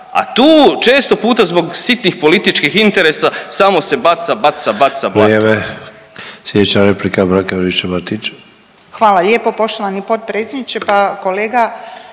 a tu često puta zbog sitnih političkih interesa samo se baca, baca, baca